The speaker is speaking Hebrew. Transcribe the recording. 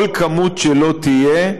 כל כמות שלא תהיה,